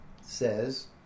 says